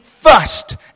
first